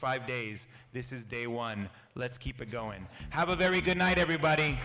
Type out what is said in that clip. five days this is day one let's keep it going have a very good night everybody